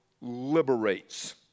liberates